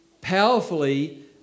powerfully